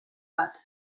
bat